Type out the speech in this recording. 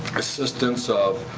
assistance of